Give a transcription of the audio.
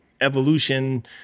evolution